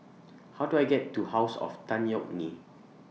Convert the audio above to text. How Do I get to House of Tan Yeok Nee